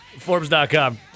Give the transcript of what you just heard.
Forbes.com